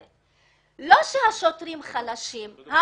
שהשוטרים חלשים אלא